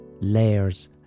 layers